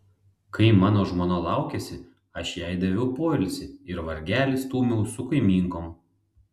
kai mano žmona laukėsi aš jai daviau poilsį ir vargelį stūmiau su kaimynkom